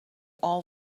all